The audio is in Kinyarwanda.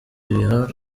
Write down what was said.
ibaha